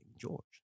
George